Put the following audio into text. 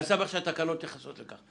אני שמח שהתקנות נכנסות לכך.